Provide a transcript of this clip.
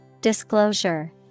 Disclosure